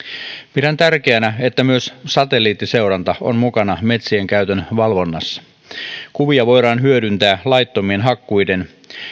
pidän tärkeänä että myös satelliittiseuranta on mukana metsienkäytön valvonnassa kuvia voidaan hyödyntää laittomien hakkuiden